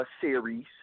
series